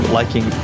liking